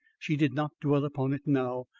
she did not dwell upon it now,